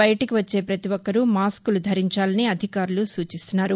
బయటకి వచ్చే ప్రతిఒక్కరూ మాస్కులు ధరించాలని అధికారులు సూచిస్తున్నారు